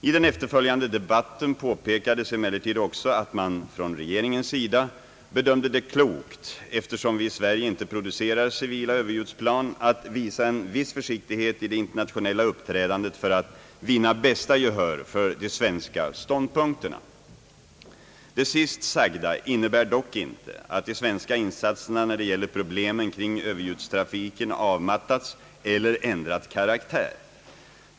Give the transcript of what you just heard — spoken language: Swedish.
I den efterföljande debatten påpekades emellertid också att man från regeringens sida bedömde det klokt — eftersom vi i Sverige inte producerar civila överljudsplan — att visa en viss försiktighet i det internationella uppträdandet för att vinna bästa gehör för de svenska ståndpunikterna. Det sist sagda innebär dock inte att de svenska insatserna när det gäller problemen kring överljudstrafiken avmattats eller ändrat karaktär.